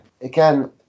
Again